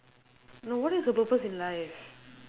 no what is the purpose in life